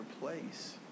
place